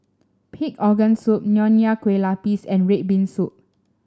Pig Organ Soup Nonya Kueh Lapis and red bean soup